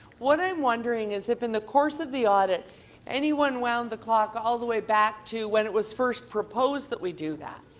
what i'm wondering is if in the course of the audit anyone wound the clock all the way back to when it was first proposed we do that,